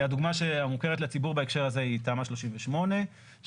הדוגמה המוכרת לציבור בהקשר הזה היא תמ"א 38 שמאפשרת